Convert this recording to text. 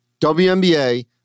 WNBA